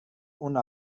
una